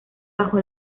bajo